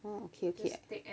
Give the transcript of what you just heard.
oh okay okay